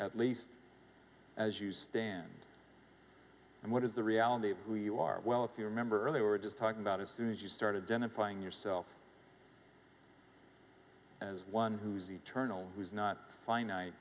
at least as you stand and what is the reality of who you are well if you remember earlier we're just talking about as soon as you started down and finding yourself as one who is eternal who is not finite